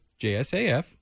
JSAF